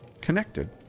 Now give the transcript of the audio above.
connected